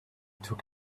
took